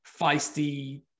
feisty